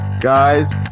Guys